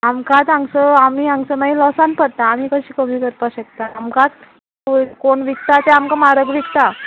आमकांच हांगसर आमी हांगसर मागीर लॉसान पडटा आमी कशी कमी करपाक शकता आमकांच कोण विकता ते आमकां म्हारग विकता